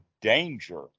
danger